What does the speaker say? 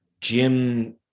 Jim